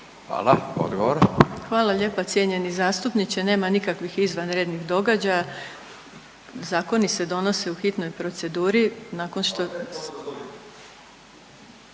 Irena (HDZ)** Hvala lijepa cijenjeni zastupniče. Nema nikakvih izvanrednih događaja. Zakoni se donose u hitnoj proceduri